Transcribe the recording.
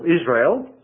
Israel